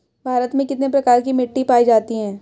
भारत में कितने प्रकार की मिट्टी पाई जाती हैं?